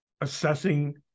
assessing